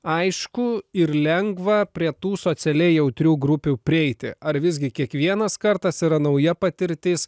aišku ir lengva prie tų socialiai jautrių grupių prieiti ar visgi kiekvienas kartas yra nauja patirtis